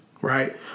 right